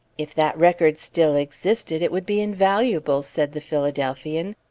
if that record still existed, it would be invaluable, said the philadelphian.